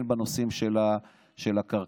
גם בנושאים של הקרקעות.